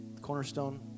cornerstone